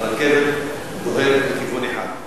הרכבת דוהרת לכיוון אחד.